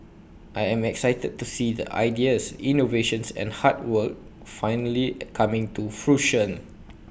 I am excited to see the ideas innovations and hard work finally coming to fruition